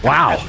Wow